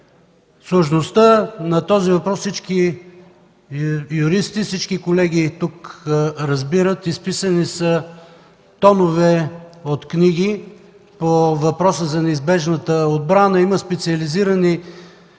Сложността на този въпрос всички юристи, всички колеги тук разбират. Изписани са томове от книги по въпроса за неизбежната отбрана.